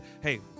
hey